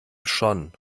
schon